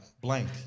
Blank